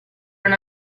non